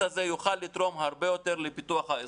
הזה יוכל לתרום הרבה יותר לפיוח האזור.